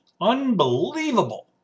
Unbelievable